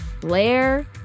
Blair